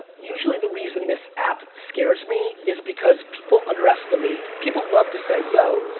usually the reason this app scares me is because people underestimate, people love to say yo,